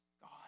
God